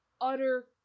utter